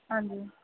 हां जी